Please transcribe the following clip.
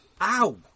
ow